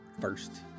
first